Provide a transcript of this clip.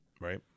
Right